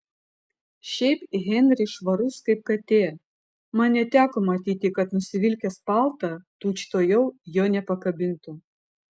šiaip henris švarus kaip katė man neteko matyti kad nusivilkęs paltą tučtuojau jo nepakabintų